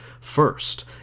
first